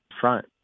front